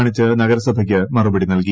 കാണിച്ച് നഗരസഭയ്ക്ക് മറുപ്പടി നൽകി